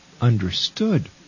understood